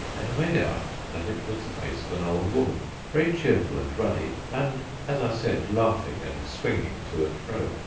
and made out that it was the face of an old woman, very cheerful and ruddy, and, as i said, laughing and swinging to and fro.